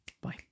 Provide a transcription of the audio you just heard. Bye